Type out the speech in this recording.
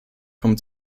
vom